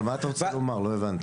אבל מה אתה רוצה לומר, לא הבנתי.